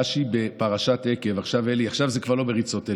רש"י, בפרשת עקב, עכשיו, אלי, זה כבר לא מריצות.